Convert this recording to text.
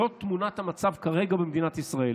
אבל זאת תמונת המצב כרגע במדינת ישראל.